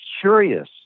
curious